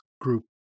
group